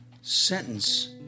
sentence